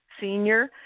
senior